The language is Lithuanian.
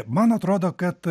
man atrodo kad